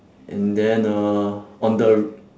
and then uh on the